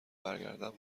برگردم